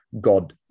God